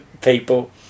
people